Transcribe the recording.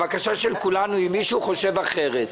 הבקשה של כולנו אם מישהו מהחברים חושב אחרת,